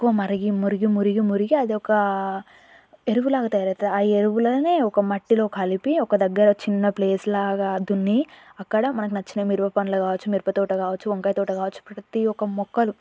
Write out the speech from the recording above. ఎక్కువ మరిగి మురిగి మురిగి మురిగి అది ఒకా ఎరువులాగా తయారయితది ఆ ఎరువులోనే ఒక మట్టిలో కలిపి ఒక దగ్గర చిన్న ప్లేస్ లాగా దున్ని అక్కడ మనకు నచ్చిన మిరప పండ్లు కావచ్చు మిరప తోట కావచ్చు వంకాయ తోట కావచ్చు ప్రతి ఒక్క మొక్కలు